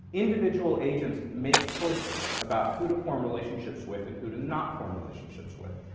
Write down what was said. individual agents make choices about who to form relationships with and who to not form relationships with.